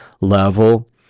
level